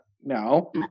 No